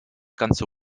ganze